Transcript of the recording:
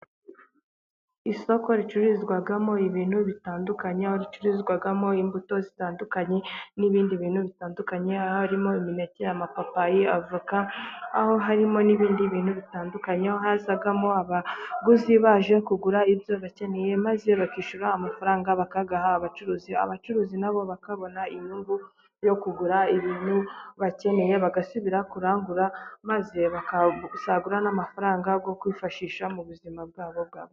Isoko ricururizwamo ibintu bitandukanye, ricururizwamo imbuto zitandukanye, n'ibindi bintu bitandukanye harimo: imineke, amapapayi, avoka, aho harimo n'ibindi bintu bitandukanye. Hazamo abaguzi baje kugura ibyo bakeneye maze bakishyura amafaranga bakayaha abacuruzi, abacuruzi nabo bakabona inyungu yo kugura ibintu bakeneye, bagasubira kurangura maze bagasagura n'amafaranga yo kwifashisha mu buzima bwabo bwa buri munsi.